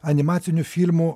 animacinių firmų